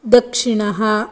दक्षिणः